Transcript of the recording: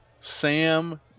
Sam